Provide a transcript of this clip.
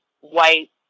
white